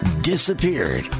disappeared